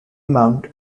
mount